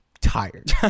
tired